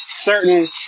certain